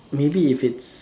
maybe if it's